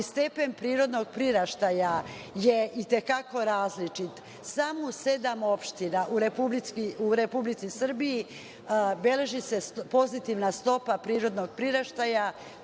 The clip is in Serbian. stepen prirodnog priraštaja je itekako različit. Samo u sedam opština u Republici Srbiji beleži se pozitivna stopa prirodnog priraštaja.